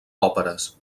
òperes